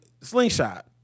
slingshot